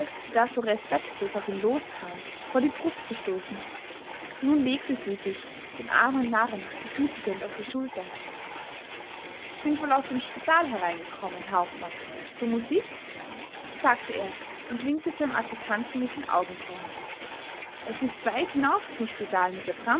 da so respektlos auf ihn loskam vor die brust zu stoßen nun legte sie sich dem armen narren begütigend auf die schulter sind wohl aus dem spital hereingekommen herr hauptmann zur musik sagte er und winkte seinem adjutanten mit den augenbrauen es ist weit hinaus zum spital mit der